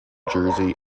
jersey